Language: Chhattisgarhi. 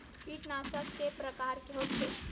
कीटनाशक के प्रकार के होथे?